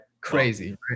Crazy